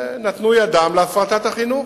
שנתנו ידן להפרטת החינוך,